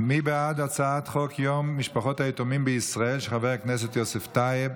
מי בעד הצעת חוק יום משפחות היתומים בישראל של חבר הכנסת יוסף טייב?